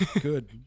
good